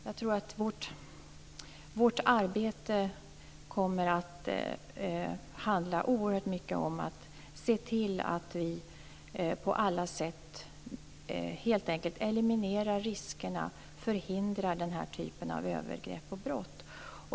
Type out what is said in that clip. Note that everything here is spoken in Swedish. Jag tror att vårt arbete oerhört mycket kommer att handla om att helt enkelt se till att vi på alla sätt eliminerar riskerna för och förhindrar den här typen av övergrepp och brott.